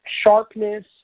sharpness